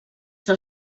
del